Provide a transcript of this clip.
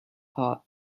cart